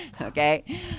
Okay